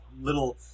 little